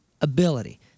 ability